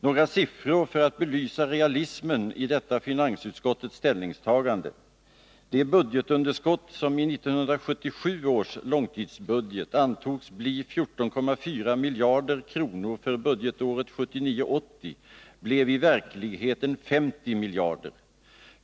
Några siffror för att belysa realismen i detta finansutskottets ställningstagande: Det budgetunderskott som i 1977 års långtidsbudget antogs bli 14,4 miljarder kronor för budgetåret 1979/80 blev i verkligheten 50 miljarder.